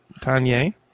Tanya